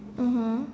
mmhmm